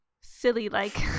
silly-like